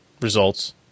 results